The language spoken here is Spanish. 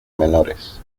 menores